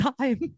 time